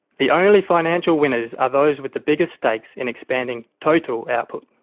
the only financial winners are those with the biggest stakes in expanding total output.